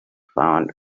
found